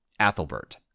Athelbert